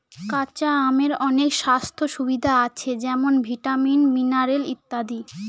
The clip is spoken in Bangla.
কাঁচা আমের অনেক স্বাস্থ্য সুবিধা আছে যেমন ভিটামিন, মিনারেল ইত্যাদি